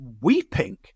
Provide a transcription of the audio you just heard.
weeping